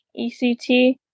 ECT